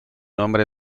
nombre